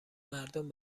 مردم